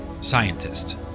scientist